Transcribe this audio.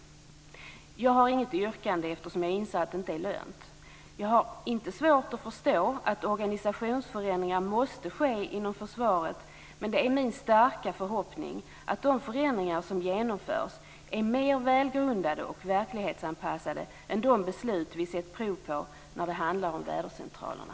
Jag har inget yrkande eftersom jag inser att det inte är lönt. Jag har inte svårt att förstå att organisationsförändringar måste ske inom försvaret, men det är min starka förhoppning att de förändringar som genomförs är mer välgrundade och verklighetsanpassade än de beslut vi sett prov på när det handlar om vädercentralerna.